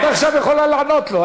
את עכשיו יכולה לענות לו,